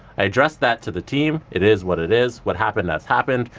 i addressed that to the team. it is what it is. what happened has happened.